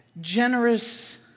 generous